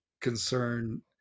concern